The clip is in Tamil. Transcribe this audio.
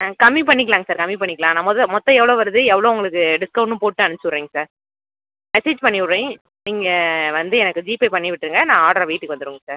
ஆ கம்மி பண்ணிக்கலாங்க சார் கம்மி பண்ணிக்கலாம் நம்ம இது மொத்தம் எவ்வளோ வருது எவ்வளோ உங்களுக்கு டிஸ்கவுண்ட்டும் போட்டு அனுப்பிச்சுவுட்றேங்க சார் மெசேஜ் பண்ணிவுடுறேன் நீங்கள் வந்து எனக்கு ஜீபே பண்ணிவிட்டுருங்க நான் ஆட்ரை வீட்டுக்கு வந்துடுங்க சார்